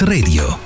Radio